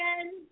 again